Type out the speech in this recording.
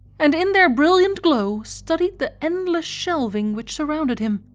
and in their brilliant glow studied the endless shelving which surrounded him.